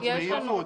דוחות מהירות.